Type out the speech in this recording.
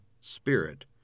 spirit